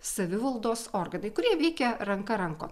savivaldos organai kurie veikia ranka rankon